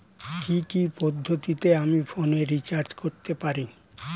কি কি পদ্ধতিতে আমি ফোনে রিচার্জ করতে পারি?